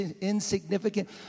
insignificant